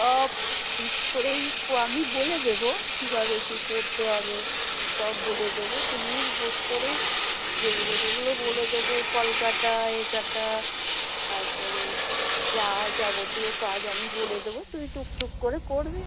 সব ঠিক করেই আমি বলে দেবো কীভাবে কী করতে হবে সব বলে দেবো তুমি উপোস করে যেগুলো যেগুলো বলে দেবো ফল কাটা এ কাটা তারপরে যা যাবতীয় কাজ আমি বলে দেবো তুমি টুক টুক করে করবে